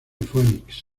phoenix